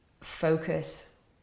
focus